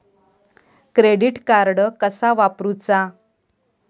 Credit card कसा वापरूचा?